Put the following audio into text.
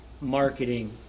marketing